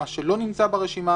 מה שלא נמצא ברשימה